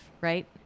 Right